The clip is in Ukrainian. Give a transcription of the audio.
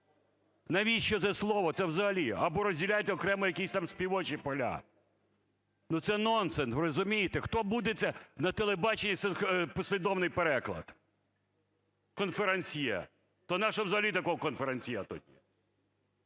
Навіщо це слово? Це взагалі. Або розділяйте окремо, якісь там співочі поля. Це нонсенс, ви розумієте? Хто буде це на телебаченні послідовний переклад, конферансьє? То нащо взагалі такого конферансьє тоді?